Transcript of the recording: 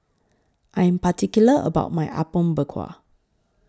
I Am particular about My Apom Berkuah